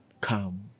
come